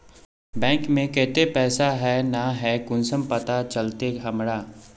Bank में केते पैसा है ना है कुंसम पता चलते हमरा?